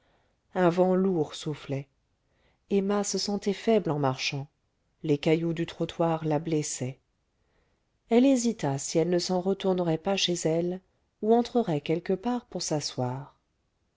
un vent lourd soufflait emma se sentait faible en marchant les cailloux du trottoir la blessaient elle hésita si elle ne s'en retournerait pas chez elle ou entrerait quelque part pour s'asseoir